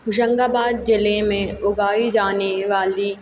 होशंगाबाद जिले में उगाई जाने वाली